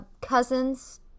Cousins